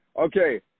okay